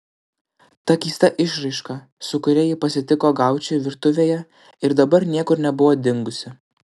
ta keista išraiška su kuria ji pasitiko gaučį virtuvėje ir dabar niekur nebuvo dingusi